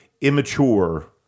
immature